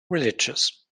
religious